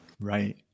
Right